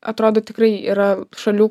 atrodo tikrai yra šalių